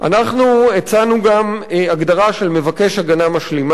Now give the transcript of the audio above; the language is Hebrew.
אנחנו הצענו גם הגדרה של מבקש הגנה משלימה: